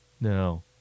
No